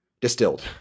Distilled